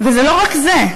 וזה לא רק זה.